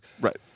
Right